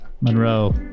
Monroe